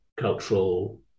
cultural